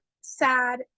sad